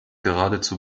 geradezu